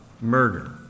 murder